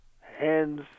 hands